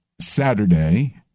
Saturday